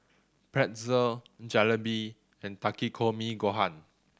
Pretzel Jalebi and Takikomi Gohan